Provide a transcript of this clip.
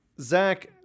Zach